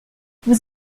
vous